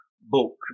book